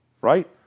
right